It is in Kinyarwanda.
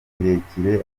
kirekire